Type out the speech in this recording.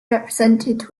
represented